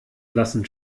blassen